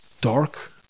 dark